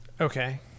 okay